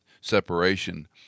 separation